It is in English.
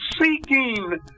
seeking